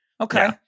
Okay